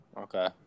Okay